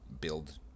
build